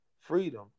freedom